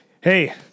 hey